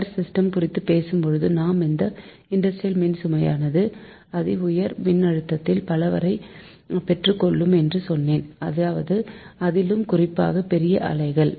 power system குறித்து பேசும் போதே நான் இந்த இண்டஸ்ட்ரியல் மின்சுமை யானது அதிஉயர் மின்னழுத்ததில் பவரை பெற்றுக்கொள்ளும் என்று சொன்னேன் அதிலும் குறிப்பாக பெரிய ஆலைகள்